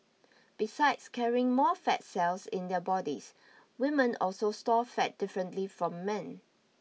besides carrying more fat cells in their bodies women also store fat differently from men